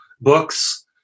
books